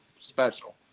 special